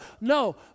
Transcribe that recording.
No